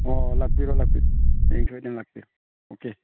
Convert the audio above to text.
ꯑꯣ ꯂꯥꯛꯄꯤꯔꯣ ꯂꯥꯛꯄꯤꯔꯣ ꯍꯌꯦꯡ ꯁꯣꯏꯗꯅ ꯂꯥꯛꯄꯤꯌꯨ ꯑꯣꯀꯦ